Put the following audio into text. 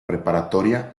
preparatoria